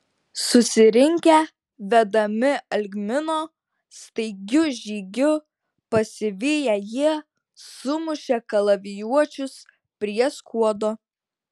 susirinkę vedami algmino staigiu žygiu pasiviję jie sumušė kalavijuočius prie skuodo